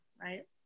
right